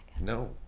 no